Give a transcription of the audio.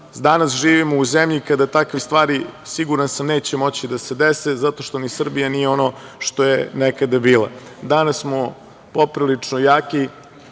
Danas živimo u zemlji kada takve stvari, siguran sam neće moći da se dese zato što ni Srbija nije ono što je nekada bila. Danas smo poprilično jaki,